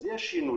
אז יש שינויים,